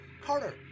Carter